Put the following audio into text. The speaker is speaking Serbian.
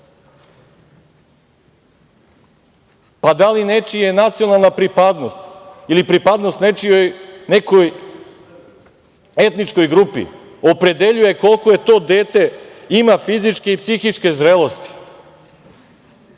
da li nečija nacionalna pripadnost ili pripadnost nekoj etničkoj grupi opredeljuje koliko to dete ima fizičke i psihičke zrelosti?